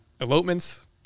elopements